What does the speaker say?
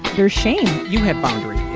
your ashamed, you have boundary